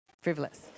frivolous